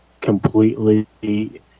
completely